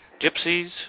gypsies